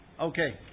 Okay